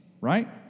right